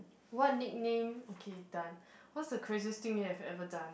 what nickname okay done what's the craziest thing you have ever done